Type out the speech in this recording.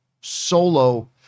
solo